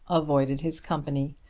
avoided his company,